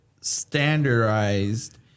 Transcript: standardized